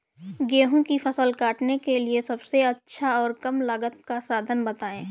गेहूँ की फसल काटने के लिए सबसे अच्छा और कम लागत का साधन बताएं?